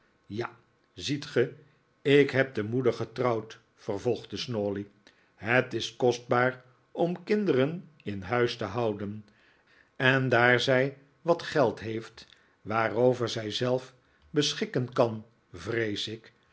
ja ziet ge ik heb de moeder getrouwd vervolgde snawley het is kostbaar om kinderen in huis te houden en daar zij wat geld heeft waarover zij zelf beschikken kan vrees ik